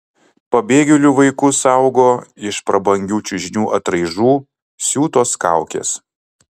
pabėgėlių vaikus saugo iš prabangių čiužinių atraižų siūtos kaukės